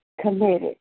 committed